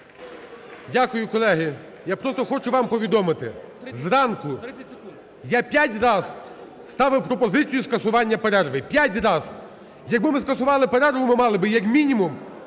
Дякую. Колеги, я просто хочу вам повідомити: зранку я 5 раз ставив пропозицію скасування перерви. П'ять раз! Якби ми скасували перерву, ми мали б, як мінімум,